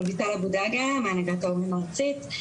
רויטל אבו דגה מהנהגת ההורים הארצית.